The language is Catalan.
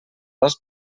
dos